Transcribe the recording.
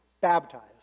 baptized